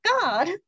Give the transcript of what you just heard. god